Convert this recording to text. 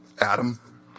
Adam